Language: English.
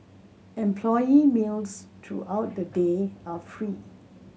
employee meals throughout the day are free